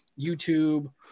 YouTube